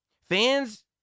Fans